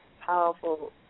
powerful